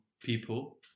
people